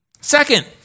Second